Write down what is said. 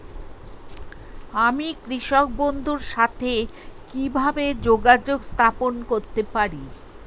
আমি কৃষক বন্ধুর সাথে কিভাবে যোগাযোগ স্থাপন করতে পারি?